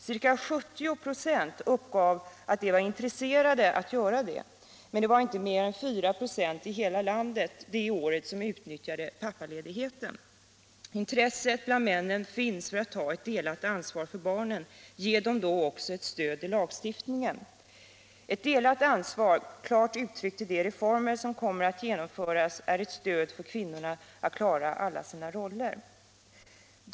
Ca 70 96 uppgav att de var intresserade av att göra det. Men det var inte mer än 4 96 i hela landet som det året utnyttjade pappaledigheten. Intresset att ta ett delat ansvar för barnen finns bland männen, ge dem då också ett stöd i lagstiftningen. Ett delat ansvar, klart uttryckt i de reformer som kommer att genomföras, är ett stöd för kvinnorna att klara alla sina roller.